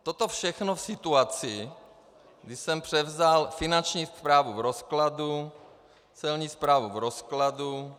Toto všechno v situaci, kdy jsem převzal Finanční správu v rozkladu, Celní správu v rozkladu.